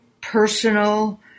personal